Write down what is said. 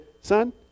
son